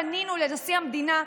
פנינו לנשיא המדינה,